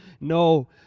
No